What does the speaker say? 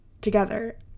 together